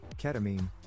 ketamine